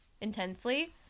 intensely